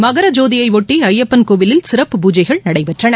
மகர ஜோதியையொட்டி ஐயப்பன் கோவிலில் சிறப்பு பூஜைகள் நடைபெற்றன